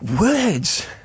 words